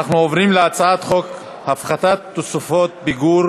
אנחנו עוברים להצעת חוק הפחתת תוספות פיגור